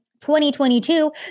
2022